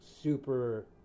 super